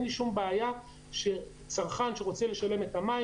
אין לי שום בעיה שצרכן שרוצה לשלם את המים